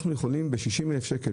אנחנו יכולים ב-60 אלף שקל,